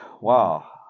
Wow